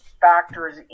factors